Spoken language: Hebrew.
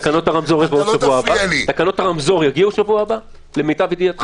תקנות הרמזור יגיעו שבוע הבא, למיטב ידיעתך?